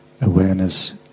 awareness